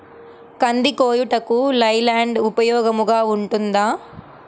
కంది కోయుటకు లై ల్యాండ్ ఉపయోగముగా ఉంటుందా?